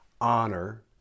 honor